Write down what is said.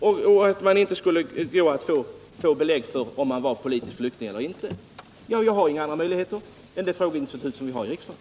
Statsrådet erkänner nu att det inte går att få belägg för om en person är politisk flykting eller inte. Jag har inga andra möjligheter än det frågeinstitut som vi har i riksdagen.